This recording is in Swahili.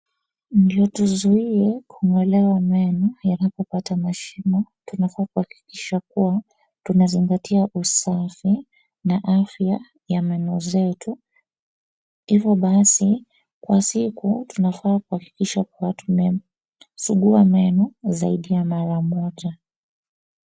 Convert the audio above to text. Ndio tuzuie kung'olewa meno yalipopata mashimo tunafaa kuhakikisha kuwa tunazingatia usafi na afya ya meno zetu ivo basi kwa siku tunafaa kuhakikisha kuwa tumesugua meno zaidi ya mara moja.